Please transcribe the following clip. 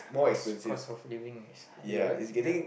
cause cost of living is higher ya